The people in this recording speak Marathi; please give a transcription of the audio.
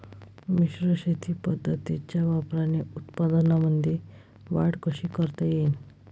मिश्र शेती पद्धतीच्या वापराने उत्पन्नामंदी वाढ कशी करता येईन?